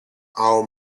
our